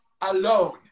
alone